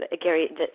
gary